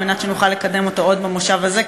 כדי שנוכל לקדם אותו עוד במושב הזה,